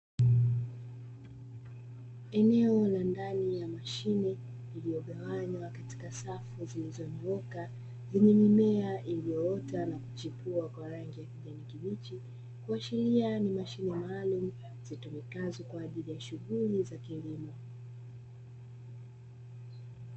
Eneo la ndani ya mashine, lilogawanywa katika safu zilizonyooka zenye mimea ilioota na kuchipua kwa rangi ya kijani kibichi, kuashiria ni mashine maalumu zitumikazo kwa ajili ya shughuli za kilimo.